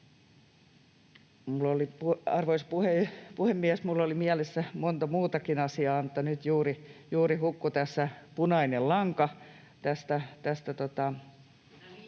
Arvoisa puhemies! Minulla oli mielessä monta muutakin asiaa, mutta nyt juuri hukkui tässä punainen lanka tästä...